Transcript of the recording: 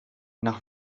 nach